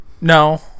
no